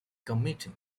committing